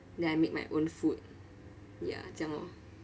then I make my own food ya 这样 orh